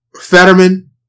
Fetterman